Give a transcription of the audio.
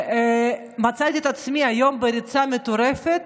ומצאתי את עצמי היום בריצה מטורפת